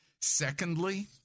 Secondly